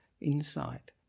insight